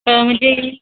पण म्हणजे